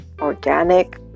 organic